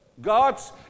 God's